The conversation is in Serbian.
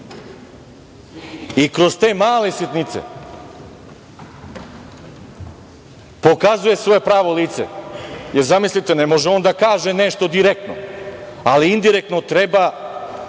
i kroz te male sitnice pokazuje svoje pravo lice. Jer, zamislite, ne može on da kaže nešto direktno, ali indirektno treba